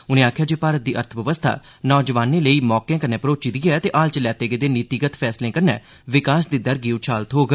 उनें आखेआ जे भारत दी अर्थबवस्था नौजवानें लेई मौकें कन्नै मरोची दी ऐ ते हाल च लैते गेदे नीतिगत फैसलें कन्नै विकास दी दर गी उछाल थ्होग